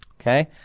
Okay